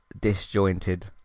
disjointed